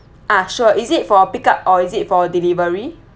ah sure is it for pick up or is it for delivery